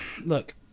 Look